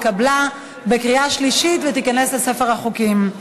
התקבלה בקריאה שלישית ותיכנס לספר החוקים.